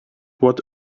what